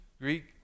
Greek